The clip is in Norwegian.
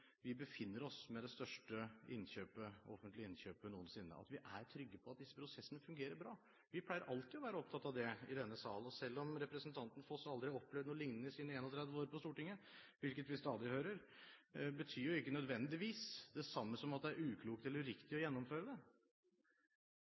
vi befinner oss i, med det største offentlige innkjøpet noen sinne, at vi er trygge på at disse prosessene fungerer bra. Vi pleier alltid å være opptatt av det i denne sal. Selv om representanten Foss aldri har opplevd noe liknende i sine 31 år på Stortinget – hvilket vi stadig hører – betyr jo ikke nødvendigvis det det samme som at det er uklokt eller